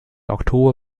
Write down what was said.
oktober